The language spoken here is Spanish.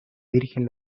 virgen